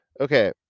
okay